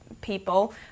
people